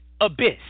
abyss